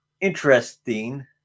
interesting